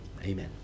Amen